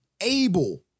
able